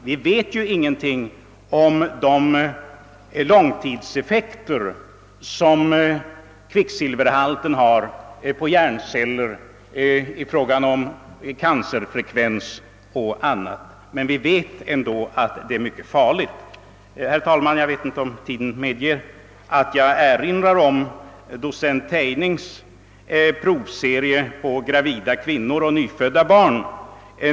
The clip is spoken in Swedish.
Vi vet ju inget om de långtidseffekter som födoämnenas kvicksilverhalt har på våra hjärnceller, på cancerfrekvens och annat, men vi vet ändå att kvicksilvret är mycket farligt. Herr talman! Låt mig, även om jag inte vet om tiden medger det, erinra om docent Tejnings provserie över kvicksilverhalten hos gravida kvinnor och nyfödda barn.